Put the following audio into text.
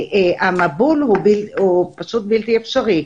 המבול הוא פשוט בלתי אפשרי.